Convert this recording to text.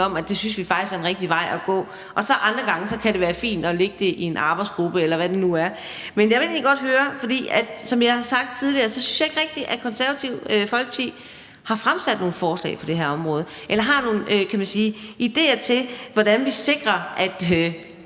at det synes vi faktisk er den rigtige vej at gå. Andre gange kan det så være fint at lægge det hos en arbejdsgruppe, eller hvad det nu er. Jeg vil egentlig godt høre nogle løsninger, for som jeg har sagt tidligere, synes jeg ikke rigtig, Det Konservative Folkeparti har fremsat nogen forslag på det her område eller har nogen idéer til, hvordan vi sikrer, at